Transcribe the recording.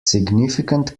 significant